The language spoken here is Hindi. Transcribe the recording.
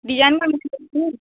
डिजाइन